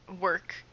work